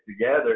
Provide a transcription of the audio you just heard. together